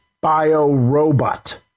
bio-robot